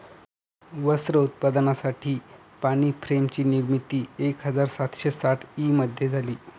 वस्त्र उत्पादनासाठी पाणी फ्रेम ची निर्मिती एक हजार सातशे साठ ई मध्ये झाली